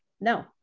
No